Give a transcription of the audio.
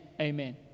amen